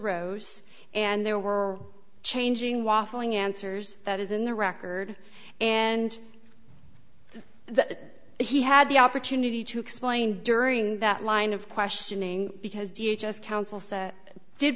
rose and there were changing waffling answers that is in the record and that he had the opportunity to explain during that line of questioning because do you just counsel say did